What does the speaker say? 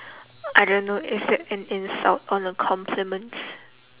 I don't know is that an insult or a compliment